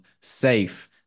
safe